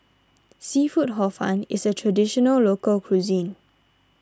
Seafood Hor Fun is a Traditional Local Cuisine